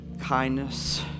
kindness